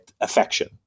affection